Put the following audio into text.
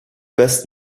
best